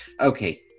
Okay